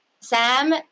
sam